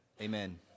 amen